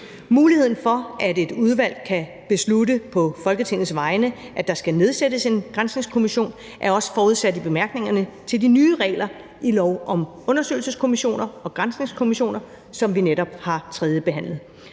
Muligheden for, at et udvalg kan beslutte på Folketingets vegne, at der skal nedsættes en granskningskommission, er også forudsat i bemærkningerne til de nye regler i lov om undersøgelseskommissioner og granskningskommissioner, som vi netop har tredjebehandlet.